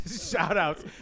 shout-outs